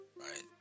Right